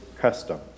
custom